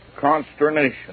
consternation